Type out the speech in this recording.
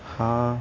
ہاں